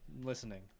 listening